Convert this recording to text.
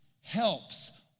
helps